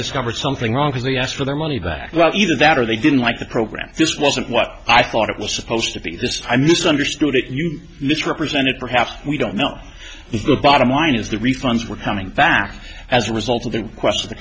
discovered something wrong because they asked for their money back well either that or they didn't like the program this wasn't what i thought it was supposed to be i misunderstood it you misrepresented perhaps we don't know is the bottom line is the refunds were coming back as a result of the question the